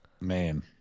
Man